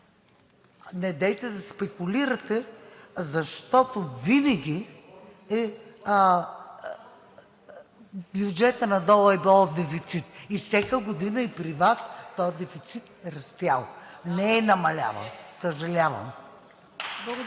недейте да спекулирате, защото винаги бюджетът на ДОО е бил в дефицит. Всяка година и при Вас този дефицит е растял, не е намалявал, съжалявам.